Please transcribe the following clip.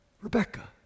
Rebecca